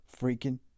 freaking